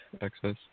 access